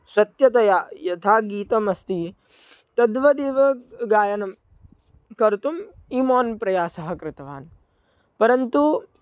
सत्यतया यथा गीतमस्ति तद्वदेव गायनं कर्तुम् ईमोन् प्रयासः कृतवान् परन्तु